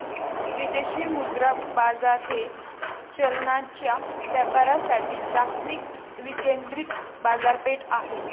विदेशी मुद्रा बाजार हे चलनांच्या व्यापारासाठी जागतिक विकेंद्रित बाजारपेठ आहे